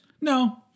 No